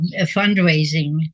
fundraising